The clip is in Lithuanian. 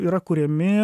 yra kuriami